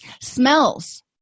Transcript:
Smells